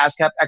ASCAP